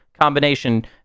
combination